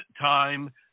time